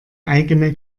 eigene